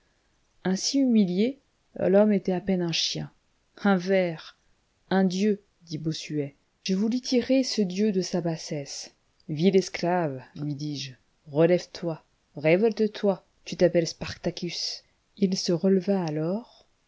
ainsi humilié l'homme était à peine un chien un ver un dieu dit bossuet je voulus tirer ce dieu de sa bassesse vil esclave lui dis-je relève-toi révolte toi tu t'appelles spartacus il se releva alors